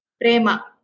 Prema